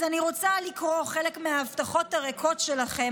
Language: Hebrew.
אז אני רוצה לקרוא חלק מההבטחות הריקות שלכם,